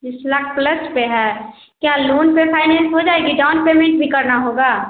बीस लाख प्लस पर है क्या लोन पर फ़ाइनेंस हो जाएगी डाउन पेमेंट भी करना होगा